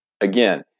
again